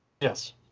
Yes